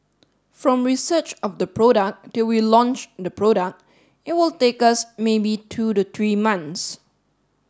from research of the product till we launch the product it will take us maybe two the three months